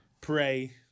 Pray